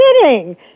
kidding